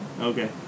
Okay